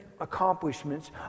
accomplishments